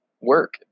work